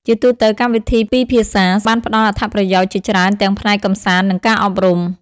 ជាទូទៅ កម្មវិធីពីរភាសាបានផ្តល់អត្ថប្រយោជន៍ជាច្រើនទាំងផ្នែកកម្សាន្តនិងការអប់រំ។